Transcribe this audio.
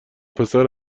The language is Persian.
پسر